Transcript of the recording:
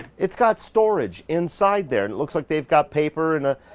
it's got storage inside there and it looks like they've got paper and ah